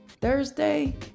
Thursday